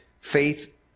faith